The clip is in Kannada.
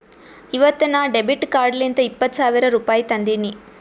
ಇವತ್ ನಾ ಡೆಬಿಟ್ ಕಾರ್ಡ್ಲಿಂತ್ ಇಪ್ಪತ್ ಸಾವಿರ ರುಪಾಯಿ ತಂದಿನಿ